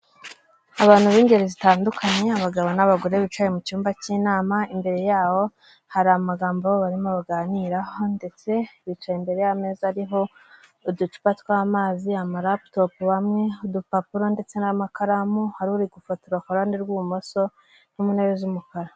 Abantu b'ingeri zitandukanye abagabo, n'abagore bicaye mu cyumba cy'inama, imbere yabo hari amagambo barimo baganiraho, ndetse bicaye imbere y'ameza ariho uducupa tw'amazi, amararaputopu bamwe, udupapuro ndetse n'amakaramu, hari uri gufotora kuruhande rw'ibumoso uri mu ntebe z'umukara.